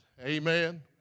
Amen